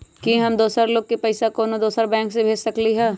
कि हम दोसर लोग के पइसा कोनो दोसर बैंक से भेज सकली ह?